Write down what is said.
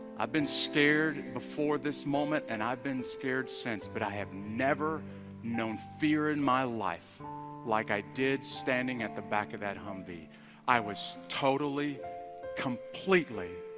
i've been scared before this moment and i've been scared since but i have never known, fear in my life like i did standing at the back of that humvee i was totally completely,